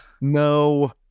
No